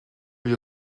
you